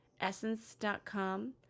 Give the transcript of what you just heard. essence.com